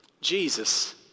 Jesus